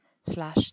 slash